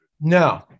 No